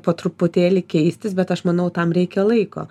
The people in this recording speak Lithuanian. po truputėlį keistis bet aš manau tam reikia laiko